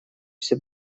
все